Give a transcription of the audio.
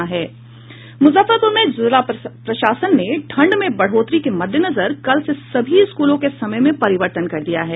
मुजफ्फरपुर में जिला प्रशासन ने ठंड में बढ़ोतरी के मद्देनजर कल से सभी स्कूलों के समय में परिवर्तन कर दिया है